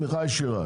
תמיכה ישירה,